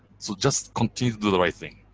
so just continue to do the right thing.